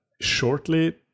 Shortly